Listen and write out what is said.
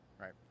right